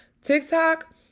TikTok